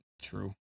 True